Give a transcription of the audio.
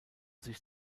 sich